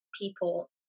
people